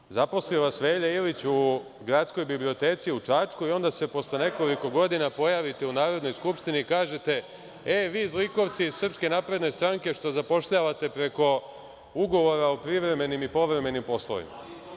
Dakle, zaposlio vas Velja Ilić u Gradskoj biblioteci u Čačku i onda se posle nekoliko godina pojavite u Narodnoj skupštini i kažete, e vi zlikovci iz SNS što zapošljavate preko ugovora o privremenim i povremenim poslovima.